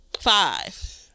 Five